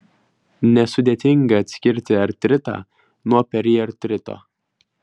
nesudėtinga atskirti artritą nuo periartrito